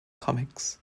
comics